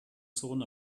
zone